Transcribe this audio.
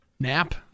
Nap